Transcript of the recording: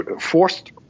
forced